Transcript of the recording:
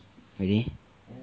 really